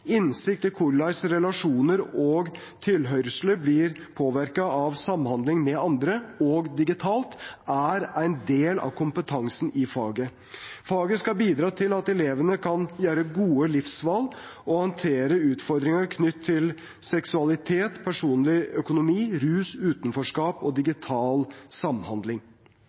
korleis relasjonar og tilhøyrsle blir påverka av samhandling med andre, òg digitalt, er ein del av kompetansen i faget. Faget skal bidra til at elevane kan gjere gode livsval og handtere utfordringar knytte til seksualitet, personleg økonomi, rus, utanforskap og digital samhandling.»